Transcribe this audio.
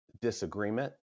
disagreement